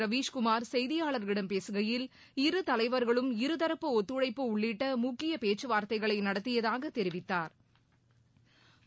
ரவீஷ்குமார் செய்தியாளர்களிடம் பேககையில் இரு தலைவா்களும் இரு தூப்பு ஒத்துழைப்பு உள்ளிட்ட முக்கிய பேச்சுவார்த்தைகளை நடத்தியதாக தெிவித்தாா்